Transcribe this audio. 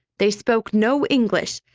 they spoke no english,